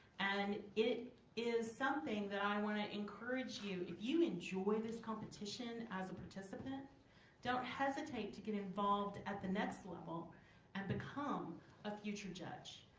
and it is something that i want to encourage you if you enjoy this competition as a participant don't hesitate to get involved at the next level and become a future judge.